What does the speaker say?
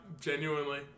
genuinely